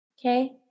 Okay